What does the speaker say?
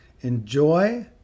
Enjoy